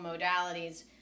modalities